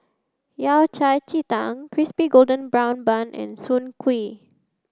Yao Cai Ji Tang Crispy Golden Brown Bun and Soon Kuih